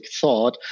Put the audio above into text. thought